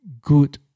good